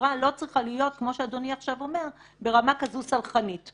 החברה לא צריכה להיות כמו שאדוני עכשיו אומר ברמה סלחנית כזאת.